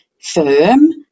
firm